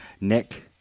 Nick